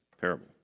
parable